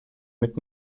mit